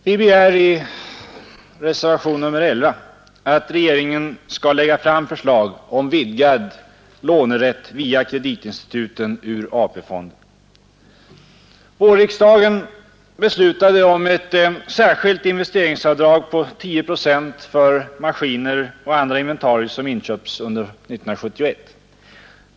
Vi begär i reservationen 11 att regeringen skall lägga fram förslag om vidgad lånerätt via kreditinstituten ur AP-fonden. Vårriksdagen beslutade om ett särskilt investeringsavdrag på 10 procent för maskiner och andra inventarier som inköps under 1971.